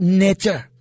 nature